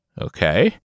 Okay